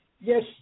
yes